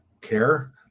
care